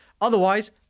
Otherwise